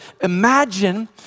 Imagine